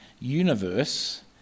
universe